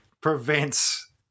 prevents